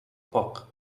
poc